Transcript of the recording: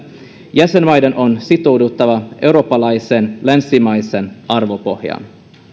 jäsenmaiden on sitouduttava eurooppalaiseen länsimaiseen arvopohjaan